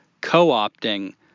co-opting